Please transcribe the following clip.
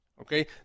Okay